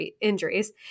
injuries